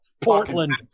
Portland